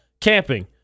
Camping